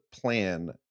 plan